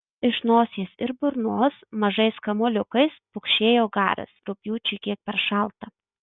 iš nosies ir burnos mažais kamuoliukais pukšėjo garas rugpjūčiui kiek per šalta